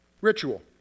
Ritual